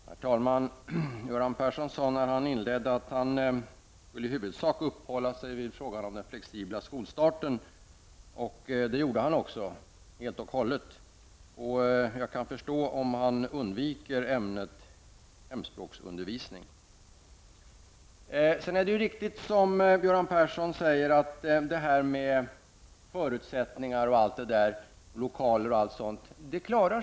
Herr talman! Göran Persson sade inledningsvis att han i huvudsak skulle uppehålla sig vid frågan om den flexibla skolstarten. Det gjorde han också -- helt och hållet. Jag kan förstå om han undviker ämnet hemspråksundervisning. Det är riktigt, som Göran Persson säger, att kommunalmännen säkert klarar av frågorna om lokaler osv.